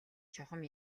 чухам